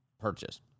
Purchase